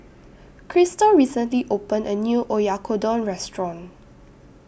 Chrystal recently opened A New Oyakodon Restaurant